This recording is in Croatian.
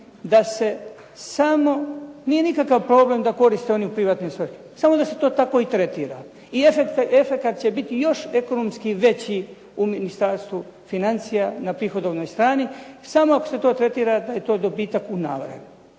da se samo, nije nikakav problem da koriste oni u privatne svrhe, samo da se to tako i tretira i efekt će biti još ekonomski veći u Ministarstvu financija na prihodovnoj strani, samo ako se to tretira da je to dobitak …